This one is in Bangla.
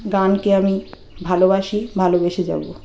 গানকে আমি ভালোবাসি ভালোবেসে যাবো